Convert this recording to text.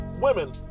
women